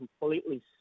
completely